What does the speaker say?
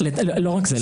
לא רק זה.